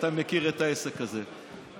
אתה מכיר את העסק הזה,